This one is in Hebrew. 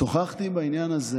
שוחחתי בעניין הזה